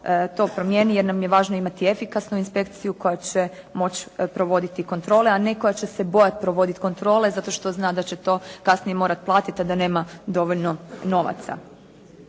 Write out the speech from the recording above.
to promijeni, jer nam je važno imati efikasnu inspekciju koja će moći provoditi kontrole, a ne koja će se bojati provoditi kontrole zato što zna da će to kasnije morati platiti, a da nema dovoljno novaca.